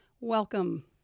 Welcome